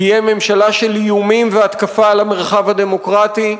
תהיה ממשלה של איומים והתקפה על המרחב הדמוקרטי.